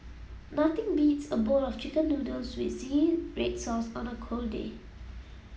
nothing beats a bowl of chicken noodles with zingy red sauce on a cold day